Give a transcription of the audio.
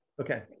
Okay